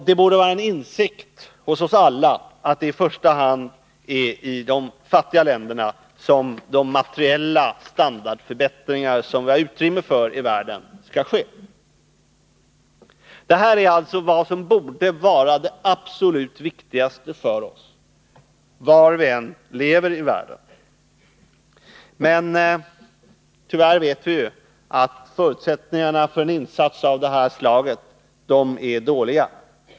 Vi borde alla inse att det i första hand är i de fattiga länderna som de materiella standardförbättringar som vi har utrymme för i världen skall ske. Detta är alltså vad som borde vara det absolut viktigaste för oss, var vi än lever i världen. Men tyvärr är förutsättningarna för en insats av det här slaget dåliga.